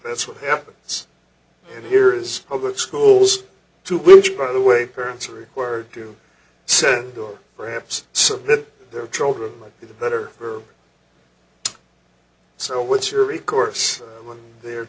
that's what happens and here is public schools to which by the way parents are required to send to or perhaps submit their children to the better for so what's your recourse when they're